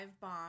bomb